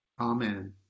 Amen